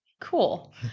Cool